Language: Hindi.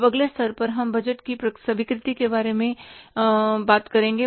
अब अगले स्तर पर हम बजट की स्वीकृति के बारे में कुछ बात करेंगे